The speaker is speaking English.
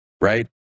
right